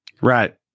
right